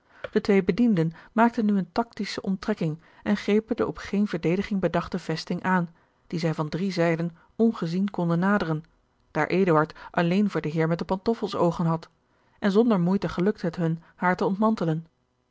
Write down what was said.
de twee bedienden maakten nu eene taktische omtrekking en grepen de op geene verdediging bedachte vesting aan die zij van drie zijden ongezien konden naderen daar eduard alleen voor den heer met de pantoffels oogen had en zonder moeite gelukte het hun haar te ontmantelen